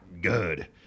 good